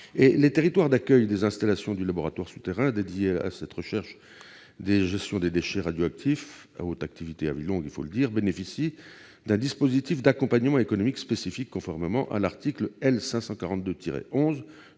Les territoires d'accueil des installations du laboratoire souterrain dédié à cette recherche de gestion des déchets radioactifs de haute activité et à vie longue, il faut le dire, bénéficient d'un dispositif d'accompagnement économique spécifique, conformément à l'article L. 542-11